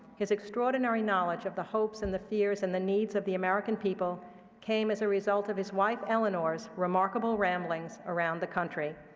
his extraordinary knowledge of the hopes and the fears and the needs of the american people came as a result of his wife eleanor's remarkable ramblings around the country,